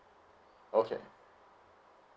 okay